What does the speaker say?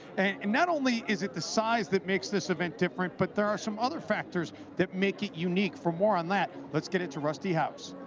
and not only is it the size that makes this event different, but there are some other factors that make it unique. for more on that let's get it to rusty howes.